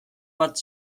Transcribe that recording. bat